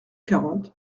quarante